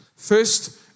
First